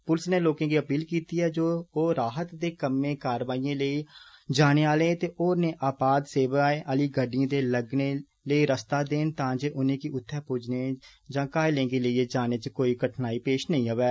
पुलसै लोकें गी अपील कीती ऐ जे ओ राहत दे कम्में कारवाइएं लेई जाने आलें ते होरने आपात सेवाएं आलिएं गड्डिएं दे लंगने लेई रस्ता देन तां जे उनेंगी उत्थे पुज्जने या घायलें गी लेइए जाने च कोई कठनाई पेष नेई आवै